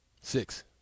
Six